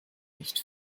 nicht